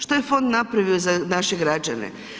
Što je fond napravio za naše građane?